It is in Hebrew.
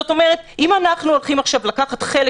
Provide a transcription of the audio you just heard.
זאת אומרת אם אנחנו הולכים עכשיו לקחת חלק